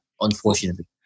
unfortunately